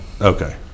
Okay